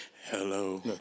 hello